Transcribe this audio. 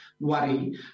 worry